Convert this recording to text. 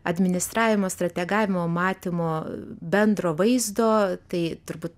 administravimo strategavimo matymo bendro vaizdo tai turbūt